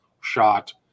shot